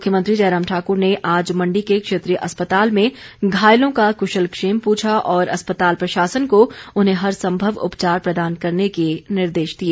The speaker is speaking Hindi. मुख्यमंत्री जयराम ठाक्र ने आज मण्डी के क्षेत्रीय अस्पताल में घायलों का क्शलक्षेम पूछा और अस्पताल प्रशासन को उन्हें हर संभव उपचार प्रदान करने के निर्देश दिए